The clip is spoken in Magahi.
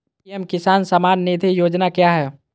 पी.एम किसान सम्मान निधि योजना क्या है?